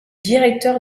directeur